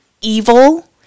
evil